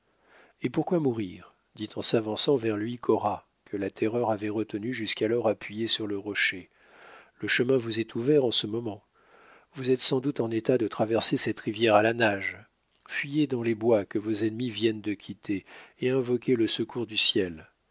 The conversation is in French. et pourquoi mourir dit en s'avançant vers lui cora que la terreur avait retenue jusqu'alors appuyée sur le rocher le chemin vous est ouvert en ce moment vous êtes sans doute en état de traverser cette rivière à la nage fuyez dans les bois que vos ennemis viennent de quitter et invoquez le secours du ciel